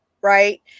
right